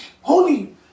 holy